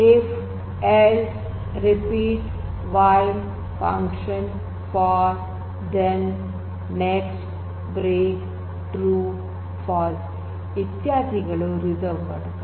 if else repeat while function for then next break true false ಇತ್ಯಾದಿಗಳು reserve word ಗಳು